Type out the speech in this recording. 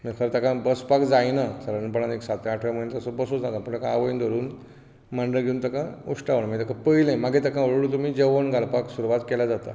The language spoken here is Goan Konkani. खरें तेका बसपाक जायना सादारणपणान एक सातव्या आठव्या म्हयन्याक तसो बसूं जायना पूण ताका आवय धरून मांडयेर घेवन ताका उश्टावण म्हणजे ताका पयलें मागीर ताका हळू हळू जेवण घालपाक सुरवात केल्यार जाता